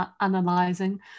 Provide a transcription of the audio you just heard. analyzing